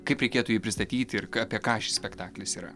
kaip reikėtų jį pristatyti ir apie ką šis spektaklis yra